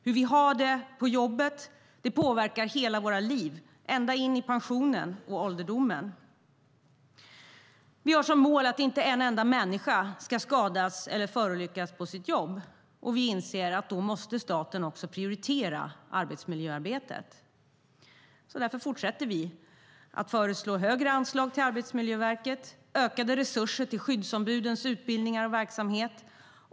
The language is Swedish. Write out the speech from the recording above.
Hur vi har det på jobbet påverkar hela våra liv ända in i pensionen och ålderdomen. Vi har som mål att inte en enda människa ska skadas eller förolyckas på sitt jobb, och då måste staten prioritera arbetsmiljöarbetet. Därför fortsätter vi att föreslå högre anslag till Arbetsmiljöverket och ökade resurser till skyddsombudens utbildning och verksamhet.